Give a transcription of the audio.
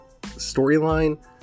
storyline